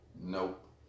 Nope